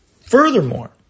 furthermore